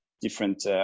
different